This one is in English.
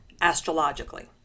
astrologically